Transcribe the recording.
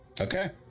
Okay